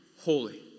holy